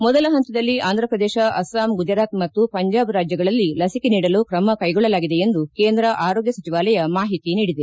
ಮೊದಲ ಹಂತದಲ್ಲಿ ಆಂಧ್ರಪ್ರದೇಶ ಅಸ್ಲಾಂ ಗುಜರಾತ್ ಮತ್ತು ಪಂಜಾಬ್ ರಾಜ್ಯಗಳಲ್ಲಿ ಲಸಿಕೆ ನೀಡಲು ತ್ರಮ ಕೈಗೊಳ್ಳಲಾಗಿದೆ ಎಂದು ಕೇಂದ್ರ ಆರೋಗ್ಯ ಸಚಿವಾಲಯ ಮಾಹಿತಿ ನೀಡಿದೆ